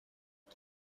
who